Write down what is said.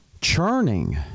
churning